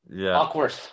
Awkward